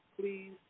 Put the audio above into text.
please